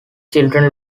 children